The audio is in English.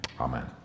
Amen